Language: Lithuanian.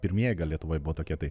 pirmieji gal lietuvoj buvo tokie tai